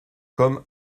comme